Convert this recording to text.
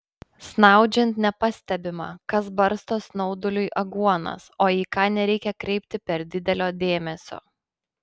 snaudžiant nepastebima kas barsto snauduliui aguonas o į ką nereikia kreipti per didelio dėmesio